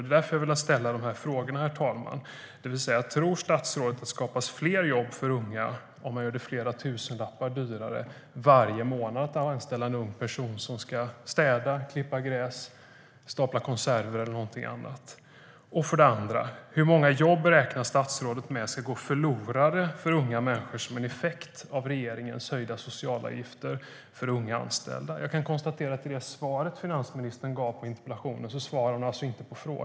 Det är därför, herr talman, som jag har velat ställa de här frågorna. Tror statsrådet att det skapas fler jobb för unga om man gör det flera tusenlappar dyrare varje månad att anställda en ung person som ska städa, klippa gräs, stapla konserver eller göra något annat? Hur många jobb räknar statsrådet med ska gå förlorade för unga människor som en effekt av regeringens höjda socialavgifter för unga anställda? Jag kan konstatera att i det svar som finansministern gav på interpellationen svarar hon inte på frågorna.